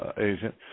agent